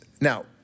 now—